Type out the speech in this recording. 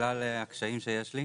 בגלל הקשיים שיש לי.